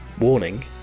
warning